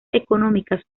económicas